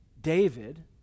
David